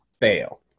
fail